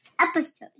episodes